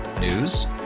News